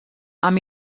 amb